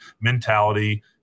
mentality